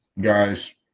guys